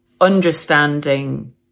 understanding